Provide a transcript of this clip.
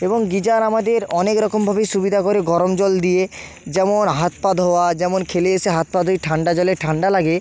এবং গিজার আমাদের অনেক রকমভাবেই সুবিধা করে গরম জল দিয়ে যেমন হাত পা ধোওয়া যেমন খেলে এসে হাত পা ধুই ঠান্ডা জলে ঠান্ডা লাগে